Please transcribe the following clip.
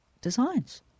designs